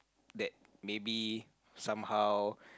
that maybe somehow